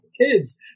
kids